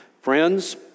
Friends